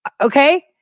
Okay